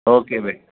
okay बे